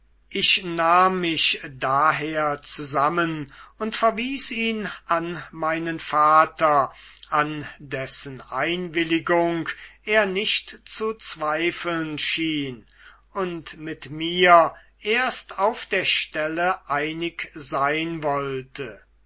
ich nahm mich daher zusammen und verwies ihn an meinen vater an dessen einwilligung er nicht zu zweifeln schien und mit mir erst auf der stelle einig sein wollte